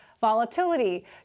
volatility